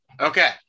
Okay